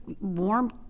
warm